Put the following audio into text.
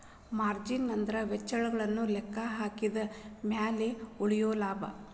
margin ಅಂದ್ರ ವೆಚ್ಚಗಳನ್ನ ಲೆಕ್ಕಹಾಕಿದ ಮ್ಯಾಲೆ ಉಳಿಯೊ ಲಾಭ